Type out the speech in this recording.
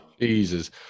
Jesus